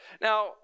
Now